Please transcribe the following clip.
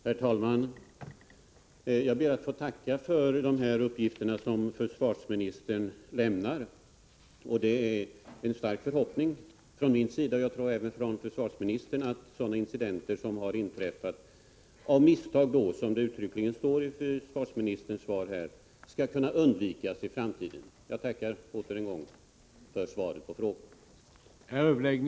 Herr talman! Jag ber att få tacka för de uppgifter som försvarsministern nu lämnade. Det är en stark förhoppning från min sida — och säkert också från försvarsministerns — att sådana incidenter som de som nu har inträffat ”av misstag”, som det uttryckligen står i försvarsministerns svar, skall kunna undvikas i framtiden. Jag tackar än en gång för svaret på frågan.